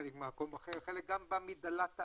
חלקנו ממקום אחר חלקנו בא מדלת העם,